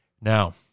now